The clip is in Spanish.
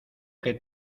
que